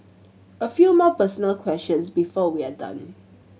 a few more personal questions before we are done